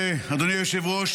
אדוני היושב-ראש,